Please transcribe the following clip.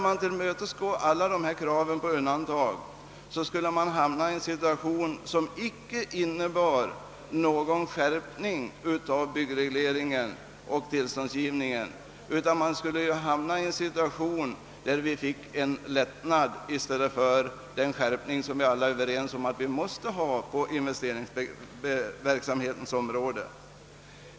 Man skulle då hamna i en situation som icke innebure någon skärpning av byggregleringen och tillståndsgivningen. Det skulle snarare innebära en lättnad i stället för den skärpning på investeringsverksamhetens område, som vi alla är överens om.